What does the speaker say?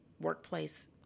workplace